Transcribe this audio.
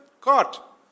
caught